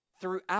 throughout